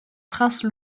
prince